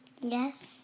Yes